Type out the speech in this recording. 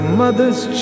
mother's